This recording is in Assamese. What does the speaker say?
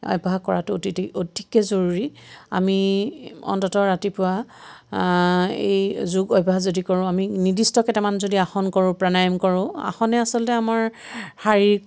অভ্যাস কৰাটো অতিতি অতিকে জৰুৰী আমি অন্তত ৰাতিপুৱা এই যোগ অভ্যাস যদি কৰোঁ আমি নিৰ্দিষ্ট কেইটামান যদি আসন কৰোঁ প্ৰাণায়ম কৰোঁ আসনে আচলতে আমাৰ শাৰীৰিক